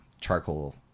charcoal